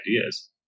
ideas